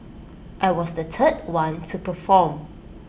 I was the third one to perform